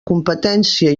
competència